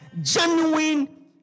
genuine